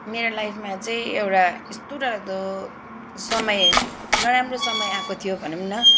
मेरो लाइफमा चाहिँ एउटा यस्तो डर लाग्दो समय नराम्रो समय आएको थियो भनौँ न